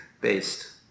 based